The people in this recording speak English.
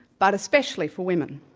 but especially for women.